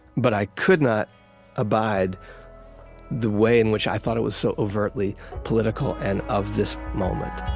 but i could not abide the way in which i thought it was so overtly political and of this moment